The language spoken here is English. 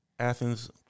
Athens